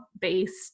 based